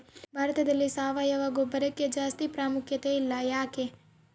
ಭಾರತದಲ್ಲಿ ಸಾವಯವ ಗೊಬ್ಬರಕ್ಕೆ ಜಾಸ್ತಿ ಪ್ರಾಮುಖ್ಯತೆ ಇಲ್ಲ ಯಾಕೆ?